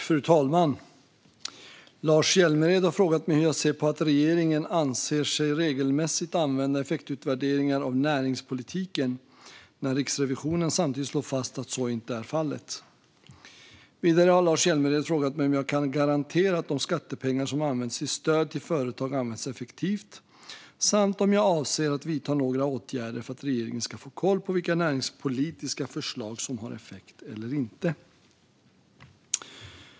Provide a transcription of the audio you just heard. Fru talman! har frågat mig hur jag ser på att regeringen anser sig regelmässigt använda effektutvärderingar av näringspolitiken när Riksrevisionen samtidigt slår fast att så inte är fallet. Vidare har Lars Hjälmered frågat mig om jag kan garantera att de skattepengar som används till stöd till företag används effektivt samt om jag avser att vidta några åtgärder för att regeringen ska få koll på vilka näringspolitiska förslag som har effekt och inte.